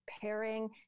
pairing